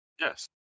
Yes